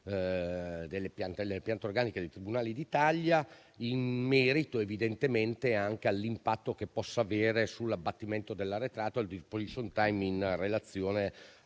delle piante organiche dei tribunali d'Italia, in merito evidentemente anche all'impatto che può avere sull'abbattimento dell'arretrato e al *disposition time* in relazione